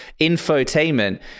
infotainment